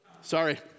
Sorry